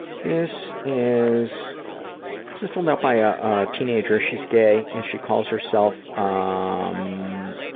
this is filled out by a a teenager, she's gay, and she calls herself, ah um,